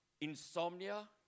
insomnia